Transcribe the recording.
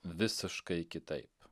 visiškai kitaip